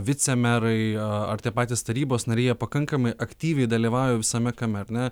vicemerai ar tie patys tarybos nariai jie pakankamai aktyviai dalyvauja visame kame ar ne